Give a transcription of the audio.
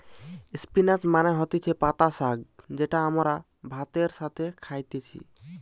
spinach মানে হতিছে পাতা শাক যেটা আমরা ভাতের সাথে খাইতেছি